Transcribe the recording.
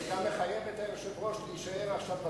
זה גם מחייב את היושב-ראש להישאר עכשיו,